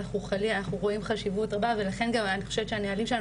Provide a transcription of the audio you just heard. אנחנו רואים חשיבות רבה ולכן אנחנו מביאים